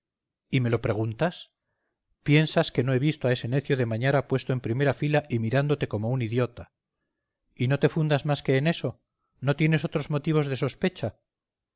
y me lo preguntas piensas que no he visto a ese necio de mañara puesto en primera fila y mirándote como un idiota y no te fundas más que en eso no tienes otros motivos de sospecha